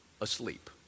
asleep